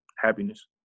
happiness